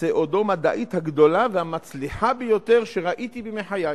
הפסאודו-מדעית הגדולה והמצליחה ביותר שראיתי בימי חיי.